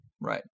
Right